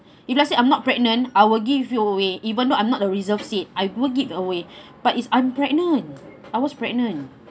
if let's say I'm not pregnant I'll give you away even though I'm not a reserve seat I will give away but it's I'm pregnant I was pregnant